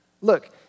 Look